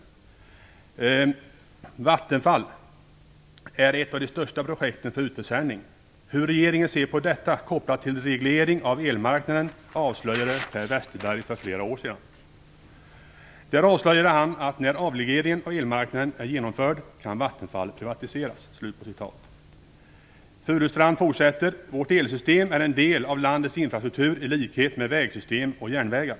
Han fortsätter: "Vattenfall är ett av de största projekten för utförsäljning. Hur regeringen ser på detta kopplat till reglering av elmarknaden avslöjade Per Westerberg för flera år sedan - Där avslöjade han att när avregleringen av elmarknaden är genomförd kan Vattenfall privatiseras." Furustrand fortsätter: "Vårt elsystem är en del av landets infrastruktur i likhet med vägsystem och järnvägar."